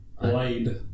Blade